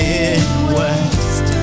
Midwest